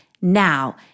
Now